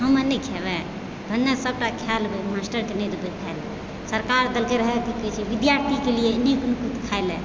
हम आर नहि खेबै हमे सभटा खाइ लेबै मास्टरके नहि देतै खाइ लए सरकार देलकै रहै कि कहै छै विद्यार्थीके लिए नीक निकुत खाइ लए